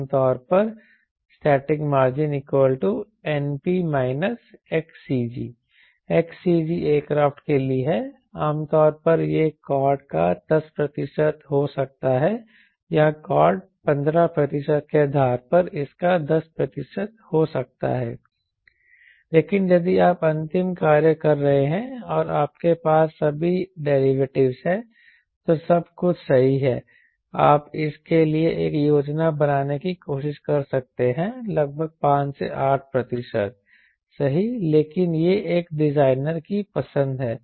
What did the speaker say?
आमतौर पर SMNP XCG Xcg aircraft के लिए है आमतौर पर यह कॉर्ड का 10 प्रतिशत हो सकता है या कॉर्ड 15 प्रतिशत के आधार पर इसका 10 प्रतिशत हो सकता है लेकिन यदि आप अंतिम कार्य कर रहे हैं और आपके पास सभी डेरिवेटिवज़ हैं तो सब कुछ सही है आप इसके लिए योजना बनाने की कोशिश कर सकते हैं लगभग 5 से 8 प्रतिशत सही लेकिन यह एक डिजाइनर की पसंद है